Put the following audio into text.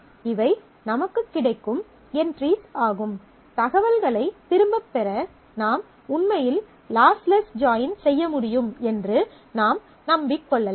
இவை நமக்குக் கிடைக்கும் என்ட்ரிஸ் ஆகும் தகவல்களைத் திரும்பப் பெற நாம் உண்மையில் லாஸ்லெஸ் ஜாயின் செய்ய முடியும் என்று நாம் நம்பிக் கொள்ளலாம்